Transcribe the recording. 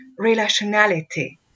relationality